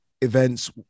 events